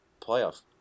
playoff